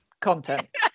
content